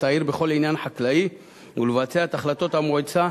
העיר בכל עניין חקלאי ולבצע את החלטות המועצה